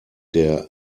der